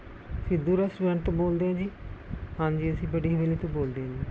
Sidhu restaurant ਤੋਂ ਬੋਲਦੇ ਹੋ ਜੀ ਹਾਂਜੀ ਅਸੀਂ ਬੜੀ ਹਵੇਲੀ ਤੋਂ ਬੋਲਦੇ ਹਾਂ ਜੀ